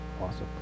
Awesome